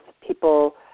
people